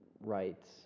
rights